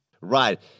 Right